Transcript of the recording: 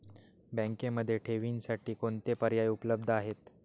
बँकेमध्ये ठेवींसाठी कोणते पर्याय उपलब्ध आहेत?